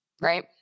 right